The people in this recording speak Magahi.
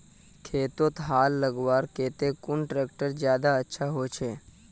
खेतोत हाल लगवार केते कुन ट्रैक्टर ज्यादा अच्छा होचए?